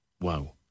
Wow